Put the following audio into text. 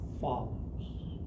follows